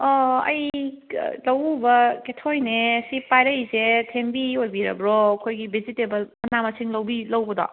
ꯑꯣ ꯑꯩ ꯂꯧꯎꯕ ꯀꯦꯊꯣꯏꯅꯦ ꯁꯤ ꯄꯥꯏꯔꯛꯏꯁꯦ ꯊꯦꯝꯕꯤ ꯑꯣꯏꯕꯤꯔꯕ꯭ꯔꯣ ꯑꯩꯈꯣꯏꯒꯤ ꯕꯦꯖꯤꯇꯦꯕꯜ ꯃꯅꯥ ꯃꯁꯤꯡ ꯂꯧꯕꯤ ꯂꯧꯕꯗꯣ